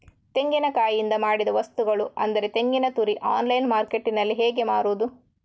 ತೆಂಗಿನಕಾಯಿಯಿಂದ ಮಾಡಿದ ವಸ್ತುಗಳು ಅಂದರೆ ತೆಂಗಿನತುರಿ ಆನ್ಲೈನ್ ಮಾರ್ಕೆಟ್ಟಿನಲ್ಲಿ ಹೇಗೆ ಮಾರುದು?